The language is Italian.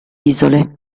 isole